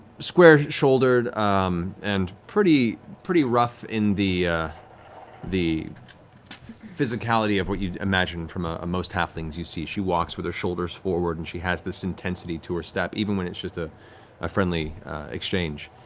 square-shouldered um and pretty pretty rough in the physicality physicality of what you'd imagine from ah most halflings you see. she walks with her shoulders forward and she has this intensity to her step, even when it's just a ah friendly exchange.